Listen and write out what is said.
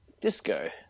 Disco